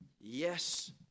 yes